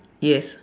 yes